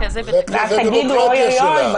ואז תגיד אוי-אוי-אוי?